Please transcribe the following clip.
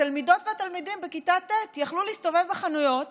התלמידות והתלמידים בכיתה ט' יכלו להסתובב בחנויות